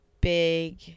big